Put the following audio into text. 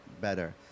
better